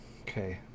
Okay